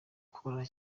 gukora